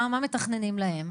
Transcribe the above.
מה מתכננים להם?